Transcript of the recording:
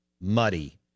muddy